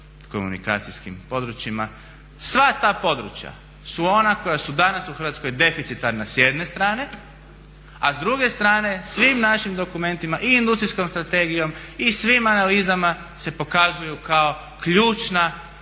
sva ta područja su ona koja su danas u Hrvatskoj deficitarna s jedne strane, a s druge strane u svim našim dokumentima i industrijskom strategijom i svim analizama se pokazuju kao ključna i